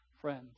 friend